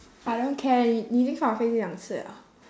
I don't care 你你已经两次了